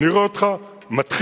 נראה אותך מתחיל,